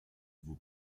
vous